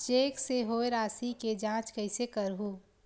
Cheque से होए राशि के जांच कइसे करहु?